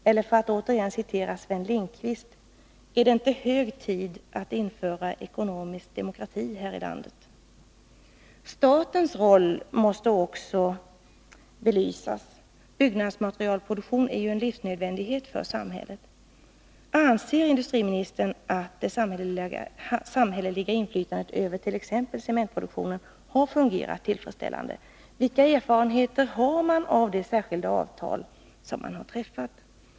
Eller, för att återigen citera Sven Lindqvist: ”Är det inte hög tid att införa ekonomisk demokrati här i landet?” Statens roll måste också belysas. Byggnadsmaterialproduktion är ju en livsnödvändighet för samhället. Anser industriministern att det samhälleliga inflytandet över t.ex. cementproduktionen har fungerat tillfredsställande? Vilka erfarenheter har man av det särskilda avtal som träffats?